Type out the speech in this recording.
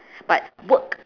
but work